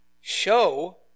Show